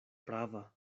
prava